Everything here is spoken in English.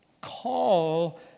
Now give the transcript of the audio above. call